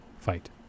fight